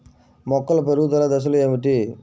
మొక్కల పెరుగుదల దశలు ఏమిటి?